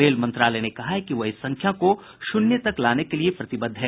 rail मंत्रालय ने कहा है कि वह इस संख्या को शून्य तक लाने के लिए प्रतिबद्ध है